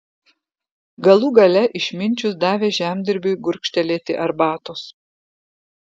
galų gale išminčius davė žemdirbiui gurkštelėti arbatos